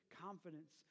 confidence